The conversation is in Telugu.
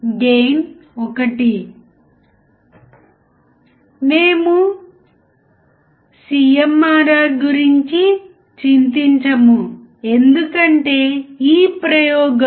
వోల్టేజ్ ఫాలోయర్ సర్క్యూట్ అంటే ఏమిటి